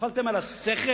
נפלתם על השכל?